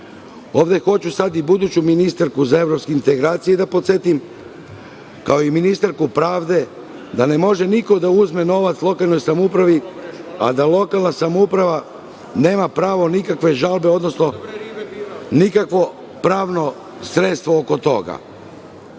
Ovde hoću sada i buduću ministarku za evropske integracije da podsetim, kao i ministarku pravde, da ne može niko da uzme novac lokalnoj samoupravi, a da lokalna samouprava nema pravo nikakve žalbe, odnosno nikakvo pravno sredstvo oko toga. Zato